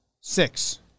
Six